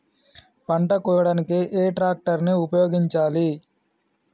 పంట కోయడానికి ఏ ట్రాక్టర్ ని ఉపయోగించాలి?